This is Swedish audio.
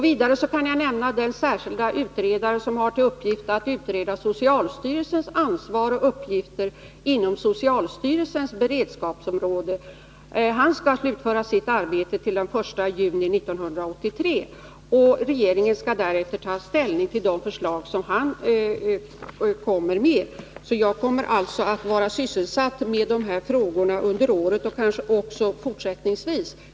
Vidare kan jag nämna den särskilda utredare som har till uppgift att utreda socialstyrelsens ansvar och uppgifter inom socialstyrelsens beredskapsområde. Han skall slutföra sitt arbete till den 1 juni 1983. Regeringen skall därefter ta ställning till de förslag han lägger fram. Jag kommer alltså att vara sysselsatt med de här frågorna under året och kanske också fortsättningsvis.